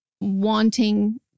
wanting